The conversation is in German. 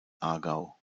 aargau